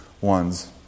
ones